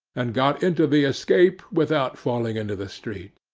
and got into the escape without falling into the street.